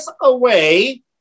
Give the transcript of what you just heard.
away